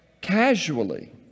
casually